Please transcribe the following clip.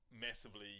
massively